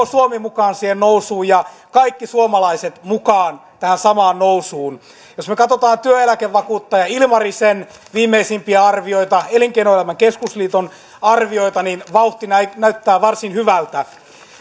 suomi mukaan siihen nousuun ja kaikki suomalaiset mukaan tähän samaan nousuun jos me katsomme työeläkevakuuttaja ilmarisen viimeisimpiä arvioita elinkeinoelämän keskusliiton arvioita niin vauhti näyttää varsin hyvältä